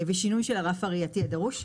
ושינוי של הרף הראייתי הדרוש.